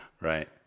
Right